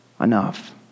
enough